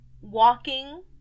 walking